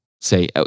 say